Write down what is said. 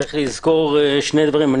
צריך לזכור שני דברים.